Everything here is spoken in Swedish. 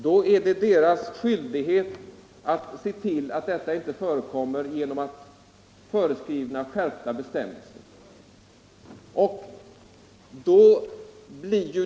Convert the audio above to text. Då är det dess skyldighet att se till att det inte förekommer genom att föreskriva skärpta bestämmelser.